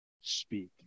speak